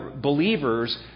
believers